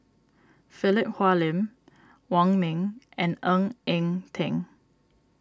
Philip Hoalim Wong Ming and Ng Eng Teng